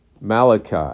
Malachi